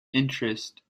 interest